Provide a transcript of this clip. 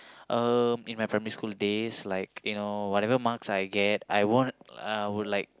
um in my primary school days like you know whatever marks I get I won't I will like